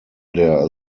der